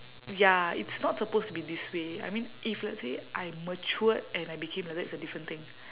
ya it's not supposed to be this way I mean if let's say I matured and I became like that it's a different thing